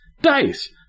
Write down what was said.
Dice